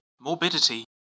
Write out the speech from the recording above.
Morbidity